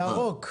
מסלול ירוק.